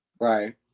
Right